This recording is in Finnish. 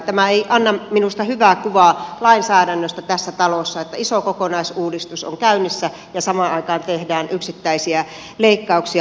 tämä ei anna minusta hyvää kuvaa lainsäädännöstä tässä talossa että iso kokonaisuudistus on käynnissä ja samaan aikaan tehdään yksittäisiä leikkauksia